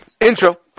intro